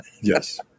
yes